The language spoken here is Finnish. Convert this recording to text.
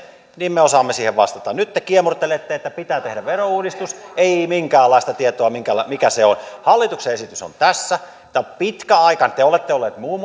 niin me osaamme siihen vastata nyt te kiemurtelette että pitää tehdä verouudistus ei minkäänlaista tietoa mikä se on hallituksen esitys on tässä tämä on pitkä aika te olette olleet muun